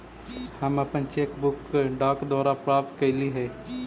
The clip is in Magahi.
हम अपन चेक बुक डाक द्वारा प्राप्त कईली हे